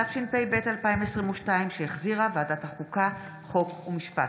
התשפ"ב 2022, שהחזירה ועדת החוקה, חוק ומשפט.